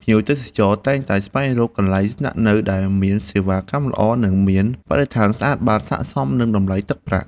ភ្ញៀវទេសចរតែងតែស្វែងរកកន្លែងស្នាក់នៅដែលមានសេវាកម្មល្អ និងមានបរិស្ថានស្អាតបាតសក្តិសមនឹងតម្លៃទឹកប្រាក់។